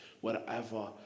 wherever